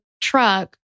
truck